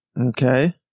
Okay